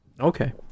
okay